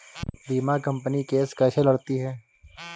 बीमा company case कैसे लड़ती है?